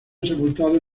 sepultados